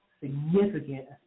significant